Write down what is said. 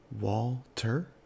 Walter